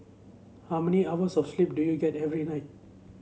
how many hours of sleep do you get every night